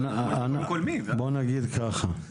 בוא נגיד ככה,